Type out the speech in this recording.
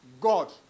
God